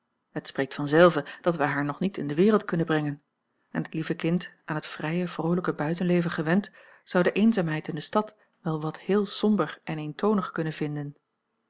het spreekt vanzelve dat wij haar nog niet in de wereld kunnen brengen en het lieve kind aan het vrije vroolijke buitenleven gewend zou de eenzaamheid in de stad wel wat heel somber en eentonig kunnen vinden